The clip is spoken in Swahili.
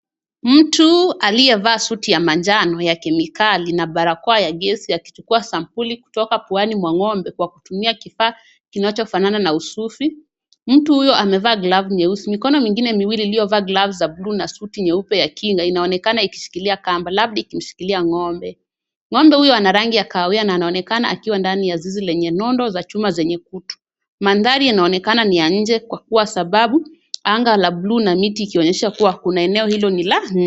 Mtu aliyevaa suti ya majano ya kemikali na barakoa ya gesi akichukua sampuli kutoka puani mwa ng'ombe kwa kutumia kifaa kinachofanana na usufi. Mtu huyu amevaa glavu nyeusi. Mikono mingine miwili iliyovaa glavu za blue na suti nyeupe ya kinga inaonekana ikishikilia kamba labda ikimshikilia ng'ombe. Ng'ombe huyu ana rangi ya kahawia na anaonekana akiwa ndani ya zizi lenye nondo za chuma zenye kutu. Mandhari inaonekana ni ya nje kwa kuwa sababu anga la bluu na miti ikionyesha kuwa eneo hilo ni la nje.